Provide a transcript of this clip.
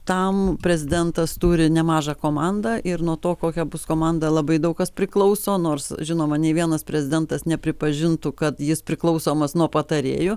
tam prezidentas turi nemažą komandą ir nuo to kokia bus komanda labai daug kas priklauso nors žinoma nei vienas prezidentas nepripažintų kad jis priklausomas nuo patarėjo